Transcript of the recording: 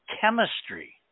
chemistry